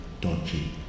dodgy